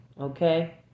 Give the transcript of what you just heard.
Okay